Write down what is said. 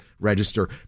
register